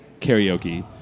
karaoke